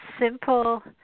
simple